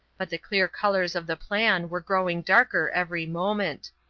but the clear colours of the plan were growing darker every moment.